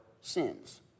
sins